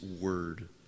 word